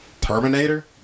Terminator